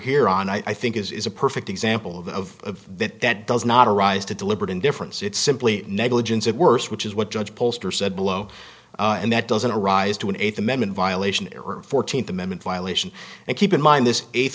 here on i think is a perfect example of that that does not arise to deliberate indifference it's simply negligence at worst which is what judge poster said below and that doesn't arise to an eighth amendment violation or fourteenth amendment violation and keep in mind this eighth